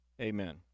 amen